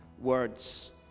words